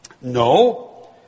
No